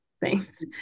thanks